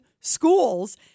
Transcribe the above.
schools